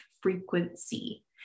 frequency